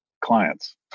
clients